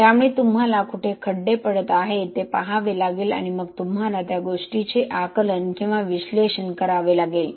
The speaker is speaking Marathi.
त्यामुळे तुम्हाला कुठे खड्डे पडत आहेत ते पहावे लागेल आणि मग तुम्हाला त्या गोष्टीचे आकलन किंवा विश्लेषण करावे लागेल